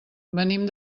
venim